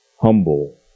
humble